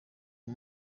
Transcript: uyu